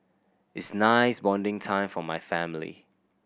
is nice bonding time for my family